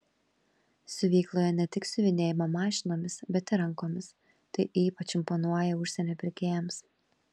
siuvykloje ne tik siuvinėjama mašinomis bet ir rankomis tai ypač imponuoja užsienio pirkėjams